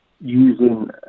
using